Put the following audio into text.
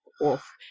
off